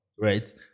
right